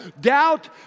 Doubt